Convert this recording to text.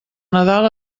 nadal